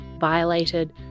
violated